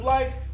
Life